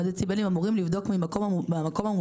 עם מד דציבלים אמורים לבדוק מהמקום המוטרד